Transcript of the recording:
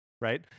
right